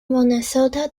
minnesota